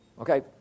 okay